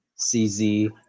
CZ